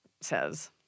says